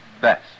best